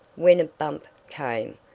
when a bump came,